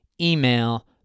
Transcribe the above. Email